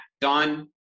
done